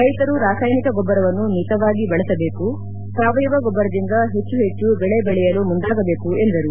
ರೈತರು ರಾಸಾಯನಿಕ ಗೊಬ್ಬರವನ್ನು ಮಿತವಾಗಿ ಬಳಸಬೇಕು ಸಾವಯವ ಗೊಬ್ಬರದಿಂದ ಹೆಚ್ಚು ಹೆಚ್ಚು ಬೆಳೆ ಬೆಳೆಯಲು ಮುಂದಾಗಬೇಕು ಎಂದರು